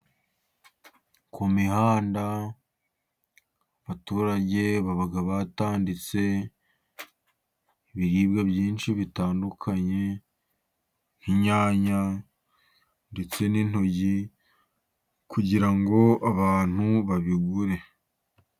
Ku mihanda, abaturage baba batanditse ibiribwa byinshi bitandukanye, nk'inyanya ndetse n'intoryi, kugira ngo abantu babigure.